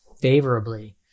favorably